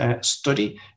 study